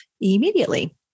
immediately